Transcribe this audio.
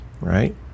right